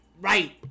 Right